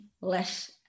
less